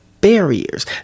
barriers